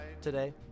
today